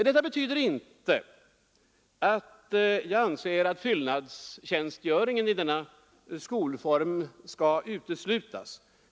Detta betyder inte, att jag anser att fyllnadstjänstgöringen i denna skolform skall uteslutas.